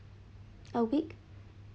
a week